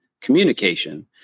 communication